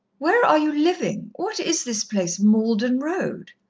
where are you living what is this place, malden road?